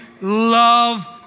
love